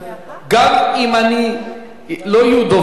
גם אם לא יהיו דוברים,